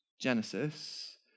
Genesis